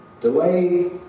Delay